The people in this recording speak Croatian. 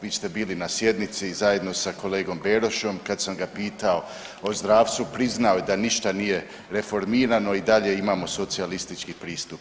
Vi ste bili na sjednici zajedno sa kolegom Berošom, kad sam ga pitao o zdravstvu priznao je da ništa nije reformirano i dalje imamo socijalistički pristup.